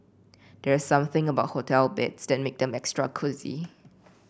there's something about hotel beds that makes them extra cosy